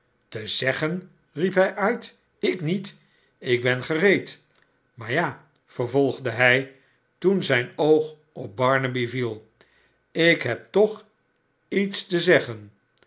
te zeggen riep hij uit ik niet ik ben gereed maar ja vervolgde hij toen zijn oog op barnaby viel ik heb toch iets te zeggen